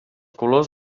colors